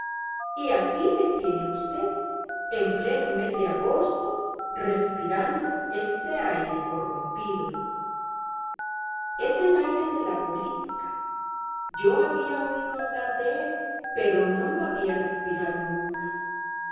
y aquí me tiene usted en pleno mes de agosto respirando este aire corrompido es el aire de la política yo había oído hablar de él pero no lo había respirado nunca